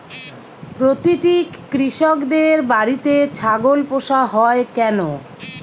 প্রতিটি কৃষকদের বাড়িতে ছাগল পোষা হয় কেন?